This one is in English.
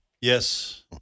Yes